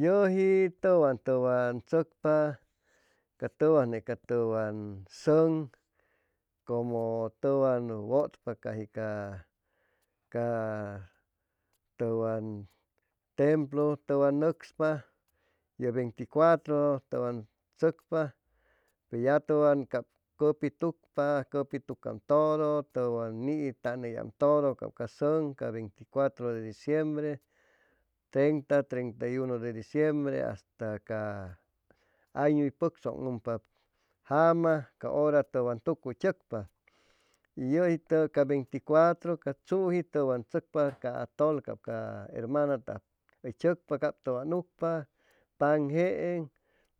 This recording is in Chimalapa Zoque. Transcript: Yʉji tʉwan tʉwan tzʉcpa ca tʉwanje ca tʉn sʉŋ como tʉwan wʉtpa caji ca ca tʉwan templo tʉwan nʉcspa ye veinticuatro tʉwan tzʉcpa ya tʉwan cap cʉpi tucpa cʉpi tucam todo tʉwan nitanʉyam todo cap ca sʉŋ ca veinticuatro de dicimbre, treinta, treinta y uno de dicembre hasta ca añu hʉy pʉctzʉŋʉypap jama ca hora tʉwan tucuy tzʉcpa y yuji tʉgay ca veinticuatro ca tzuji tʉwan tzʉcpa ca atol cap ca hermana tʉgais hʉy tzʉcpa cap tʉwan ucpa paŋ jeeŋ